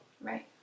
Right